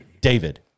David